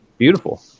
Beautiful